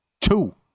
two